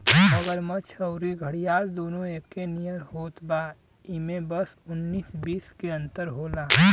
मगरमच्छ अउरी घड़ियाल दूनो एके नियर होत बा इमे बस उन्नीस बीस के अंतर होला